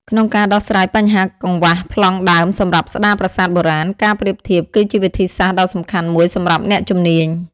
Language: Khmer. ក្នុងការដោះស្រាយបញ្ហាកង្វះប្លង់ដើមសម្រាប់ស្ដារប្រាសាទបុរាណ ការប្រៀបធៀបគឺជាវិធីសាស្ត្រដ៏សំខាន់មួយសម្រាប់អ្នកជំនាញ។